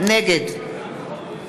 נגד